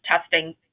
testing